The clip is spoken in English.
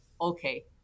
okay